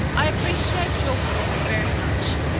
i appreciate your call very much.